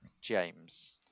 James